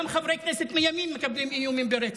גם חברי כנסת מהימין מקבלים איומים ברצח.